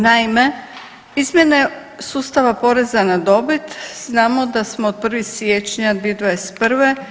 Naime, izmjene sustava porezan na dobit znamo da smo od 1. siječnja 2021.